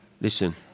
listen